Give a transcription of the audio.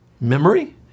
memory